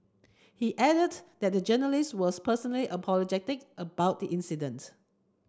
he added that the journalists were personally apologetic about the incident